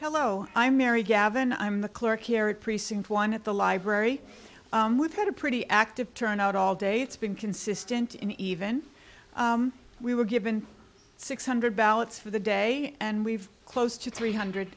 hello i'm mary gavin i'm the clerk here at precinct one at the library with had a pretty active turnout all day it's been consistent in even we were given six hundred ballots for the day and we've close to three hundred